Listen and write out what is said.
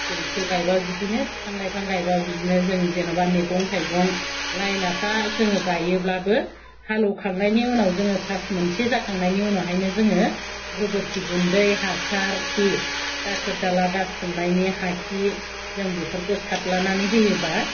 जेरै पुल गायबाबो बिदिनो फिफां लाइफां गायबाबो बिदिनो जों जेन'बा मेगं थायगं लाय लाफा जोङो गाइयोब्लाबो हालेवखांनायनि उनाव जोङो सास मोनसे जाखांनायनि उनावहायनो जोङो गोबोरखि गुन्दै हासारखि दाखोर दाला गारथुमनायनि हा खि जों बेफोरखौ सारलानानै होयोबा